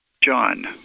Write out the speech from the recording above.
John